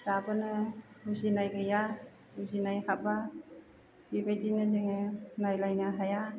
दाबोनो बुजिनाय गैया बुजिनाय हाबा बेबायदिनो जोङो नायलायनो हाया